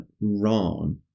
wrong